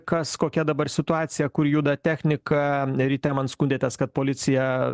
kas kokia dabar situacija kur juda technika ne ryte man skundėtės kad policija